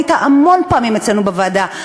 היית המון פעמים אצלנו בוועדה.